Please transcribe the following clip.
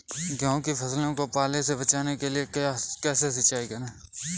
गेहूँ की फसल को पाले से बचाने के लिए कैसे सिंचाई करें?